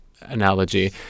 analogy